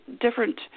different